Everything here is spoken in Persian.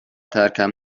ترکم